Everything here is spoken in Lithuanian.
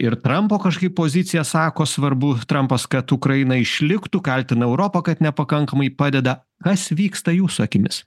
ir trampo kažkaip pozicija sako svarbu trampas kad ukraina išliktų kaltina europą kad nepakankamai padeda kas vyksta jūsų akimis